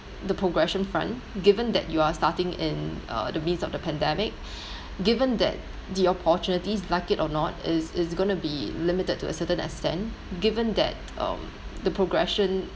the progression front given that you're starting in uh the midst of the pandemic given that the opportunities like it or not is is going to be limited to a certain extent given that um the progression